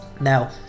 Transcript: Now